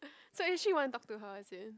so actually you want to talk to her is it